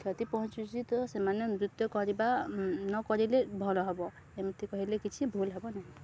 କ୍ଷତି ପହଞ୍ଚୁଛି ତ ସେମାନେ ନୃତ୍ୟ କରିବା ନକରିଲେ ଭଲ ହେବ ଏମିତି କହିଲେ କିଛି ଭୁଲ୍ ହେବ ନାହିଁ